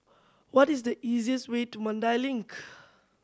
what is the easiest way to Mandai Link